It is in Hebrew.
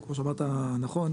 כמו שאמרת נכון,